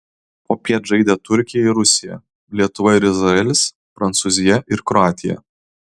popiet žaidė turkija ir rusija lietuva ir izraelis prancūzija ir kroatija